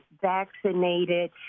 vaccinated